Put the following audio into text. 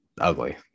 ugly